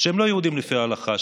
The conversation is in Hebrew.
שהם לא יהודים לפי ההלכה,